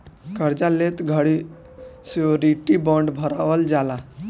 कार्जा लेत घड़ी श्योरिटी बॉण्ड भरवल जाला